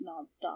nonstop